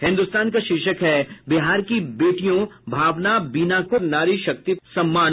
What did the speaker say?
हिन्दुस्तान का शीर्षक है बिहार की बेटियों भावना बीना को नारी शक्ति सम्मान